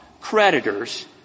creditors